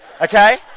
okay